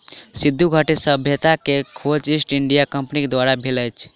सिंधु घाटी सभ्यता के खोज ईस्ट इंडिया कंपनीक द्वारा भेल छल